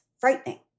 frightening